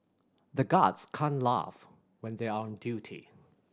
the guards can't laugh when they are on duty